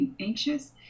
anxious